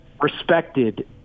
respected